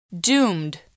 DOOMED